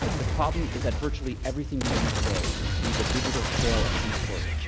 the problem is that virtually everything we do today leaves a digital trail of some sort.